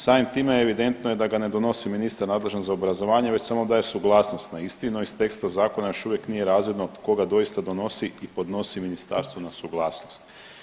Samim time evidentno je da ga ne donosi ministar nadležan za obrazovanje već samo daje suglasnost na isti, no iz teksta zakona još uvijek nije razvidno tko ga doista donosi i podnosi ministarstvu na suglasnost.